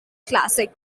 classic